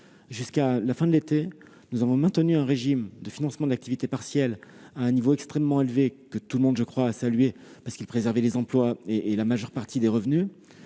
jusqu'à la fin de l'été dernier, nous avons maintenu un régime de financement de l'activité partielle à un niveau extrêmement élevé, ce que tout le monde a salué, parce que cela préservait les emplois et la majeure partie des revenus.